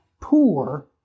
poor